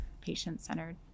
patient-centered